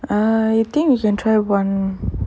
I think you can try one